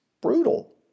brutal